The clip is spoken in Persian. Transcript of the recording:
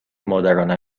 مادرانه